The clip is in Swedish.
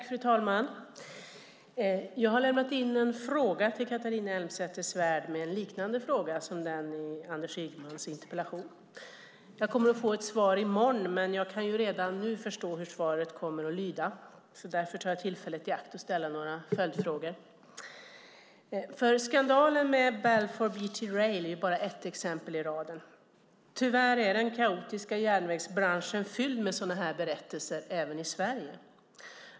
Fru talman! Jag har lämnat in en fråga till Catharina Elmsäter-Svärd, liknande den i Anders Ygemans interpellation. Jag kommer att få ett svar i morgon, men jag kan redan nu förstå hur svaret kommer att lyda. Därför tar jag tillfället i akt att ställa några följdfrågor. Skandalen med Balfour Beatty Rail är bara ett exempel i raden. Tyvärr är den kaotiska järnvägsbranschen fylld med sådana här berättelser även i Sverige.